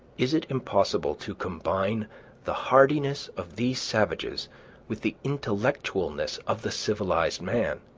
is it impossible to combine the hardiness of these savages with the intellectualness of the civilized man?